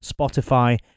Spotify